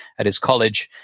at his college.